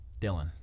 Dylan